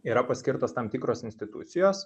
yra paskirtos tam tikros institucijos